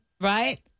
Right